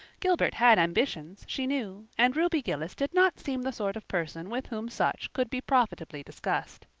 gilbert had ambitions, she knew, and ruby gillis did not seem the sort of person with whom such could be profitably discussed.